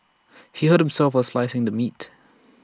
he hurt himself while slicing the meat